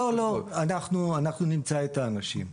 לא, לא, אנחנו נמצא את האנשים.